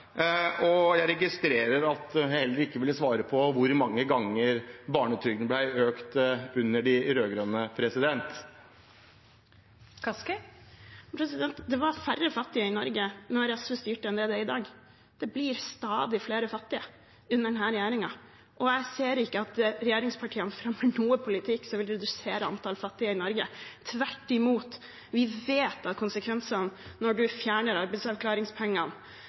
og jeg registrerer at hun heller ikke ville svare på hvor mange ganger barnetrygden ble økt under de rød-grønne. Det var færre fattige i Norge da SV styrte enn det det er i dag. Det blir stadig flere fattige under denne regjeringen, og jeg ser ikke at regjeringspartiene fremmer en politikk som vil redusere antallet fattige i Norge – tvert imot. Vi vet konsekvensene av å fjerne arbeidsavklaringspengene,